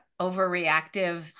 overreactive